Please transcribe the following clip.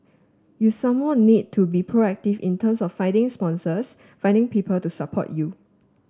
you some more need to be proactive in terms of finding sponsors finding people to support you